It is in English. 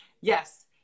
Yes